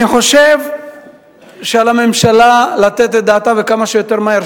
אני חושב שעל הממשלה לתת את דעתה וכמה שיותר מהר.